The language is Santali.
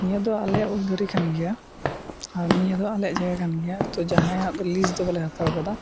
ᱱᱤᱭᱟᱹᱫᱚ ᱟᱞᱮᱭᱟᱜ ᱩᱞ ᱫᱟᱨᱮᱠᱟᱱ ᱜᱮᱭᱟ ᱟᱨ ᱱᱤᱭᱟᱹᱫᱚ ᱟᱞᱮᱭᱟᱜ ᱡᱟᱭᱜᱟᱠᱟᱱ ᱜᱮᱭᱟ ᱛᱳ ᱡᱟᱦᱟᱸᱭᱼᱟᱜ ᱞᱤᱡᱽᱫᱚ ᱵᱟᱞᱮ ᱦᱟᱛᱟᱣ ᱠᱟᱫᱟ